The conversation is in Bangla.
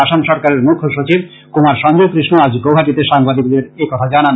আসাম সরকারের মুখ্য সচিব কুমার সঞ্জয় কৃষ্ণ আজ গৌহাটিতে সাংবাদিকদের একথা জানান